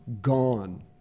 gone